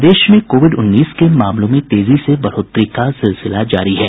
प्रदेश में कोविड उन्नीस के मामलों में तेजी से बढ़ोतरी का सिलसिला जारी है